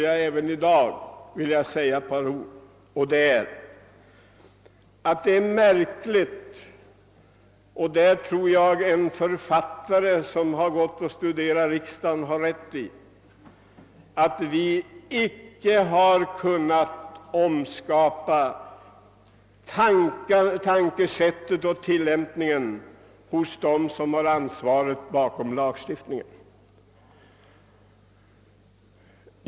Jag tror att en författare, som studerat riksdagens arbete, har rätt när han säger, att vi icke kunnat omskapa tänkesättet hos dem som har ansvaret bakom lagstiftningen.